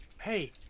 Hey